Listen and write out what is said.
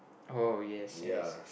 oh yes yes